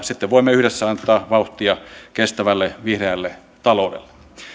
sitten voimme yhdessä antaa vauhtia kestävälle vihreälle taloudelle